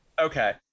Okay